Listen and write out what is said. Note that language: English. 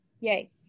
Yay